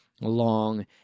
long